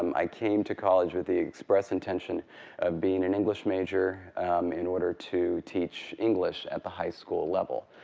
i came to college with the express intention of being an english major in order to teach english at the high school level.